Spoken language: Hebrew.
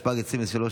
התשפ"ג 2023,